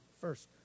first